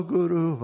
Guru